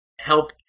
Help